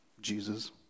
Jesus